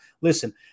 listen